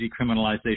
decriminalization